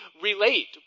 relate